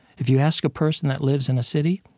if you ask a person that lives in a city,